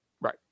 Right